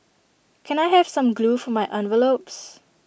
can I have some glue for my envelopes